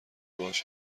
باهاش